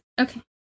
Okay